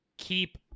keep